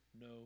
no